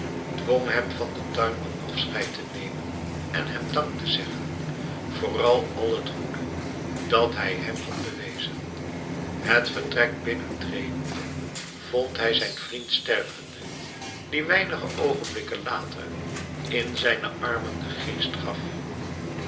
dwong hem van den tuinman afscheid te nemen en hem dank te zeggen voor al het goede dat hij hem had bewezen het vertrek binnentredende vond hij zijn vriend stervende die weinige oogenblikken later in zijne armen den geest gaf